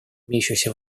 имеющихся